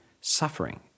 suffering